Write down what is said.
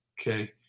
okay